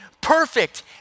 perfect